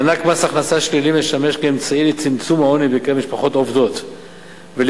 מענק מס הכנסה שלילי משמש כאמצעי לצמצום העוני בקרב משפחות עובדות ולעידוד